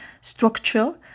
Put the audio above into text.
structure